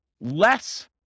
less